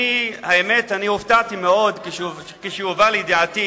אני, האמת, הופתעתי מאוד כאשר הובא לידיעתי